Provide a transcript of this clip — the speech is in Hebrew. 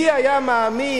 מי היה מאמין,